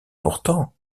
pourtant